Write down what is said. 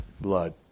blood